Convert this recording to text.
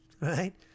right